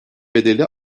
bedeli